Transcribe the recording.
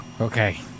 okay